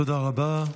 תודה רבה.